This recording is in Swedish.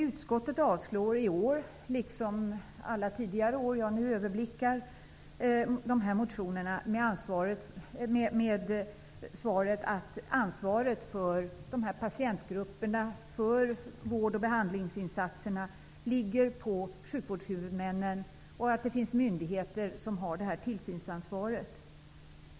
Utskottet avslår i år, liksom alla de tidigare år jag nu överblickar, motionerna med motiveringen att ansvaret för vård och behandlingsinsatser för dessa patientgrupper ligger på sjukvårdshuvudmännen och att det finns myndigheter som har tillsynsansvaret.